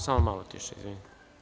Samo malo tiše.